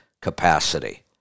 capacity